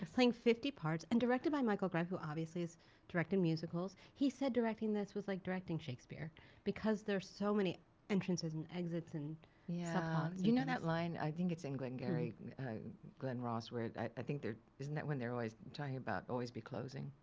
playing fifty parts and directed by michael greif, who obviously is directing musicals. he said directing this was like directing shakespeare because there's so many entrances and exits, and subplots yeah you know that line? i think it's in glengarry glen ross where i think there isn't that when they're always talking about always be closing?